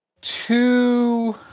two